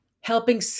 helping